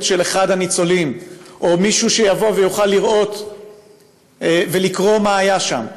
של אחד הניצולים או מישהו שיבוא ויוכל לראות ולקרוא מה היה שם.